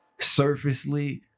surfacely